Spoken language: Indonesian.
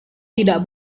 tidak